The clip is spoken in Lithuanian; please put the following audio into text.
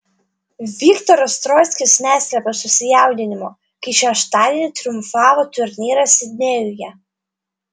viktoras troickis neslėpė susijaudinimo kai šeštadienį triumfavo turnyre sidnėjuje